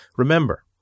Remember